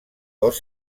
cos